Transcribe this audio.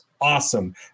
awesome